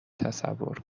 تصور